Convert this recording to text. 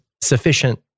sufficient